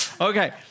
Okay